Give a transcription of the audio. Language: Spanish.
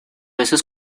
esos